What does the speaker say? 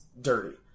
dirty